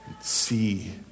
see